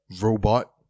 robot